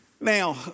Now